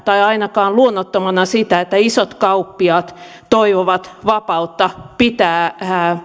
tai ainakaan luonnottomana sitä että isot kauppiaat toivovat vapautta pitää